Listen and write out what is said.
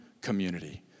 community